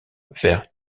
vers